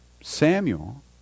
Samuel